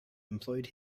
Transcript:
employed